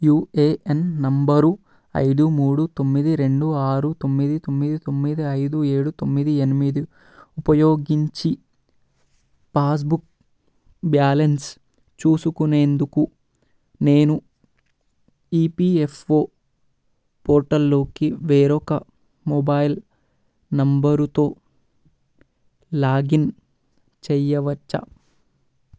UAN number ఐదు మూడు తొమ్మిది రెండు ఆరు తొమ్మిది తొమ్మిది తొమ్మిది ఐదు ఏడు తొమ్మిది ఎనిమిది ఉపయోగించి పాస్బుక్ బ్యాలన్స్ చూసుకునేందుకు నేను ఈపీఎఫ్ఓ పోర్టల్లోకి వేరొక మొబైల్ నంబరుతో లాగిన్ చేయవచ్చా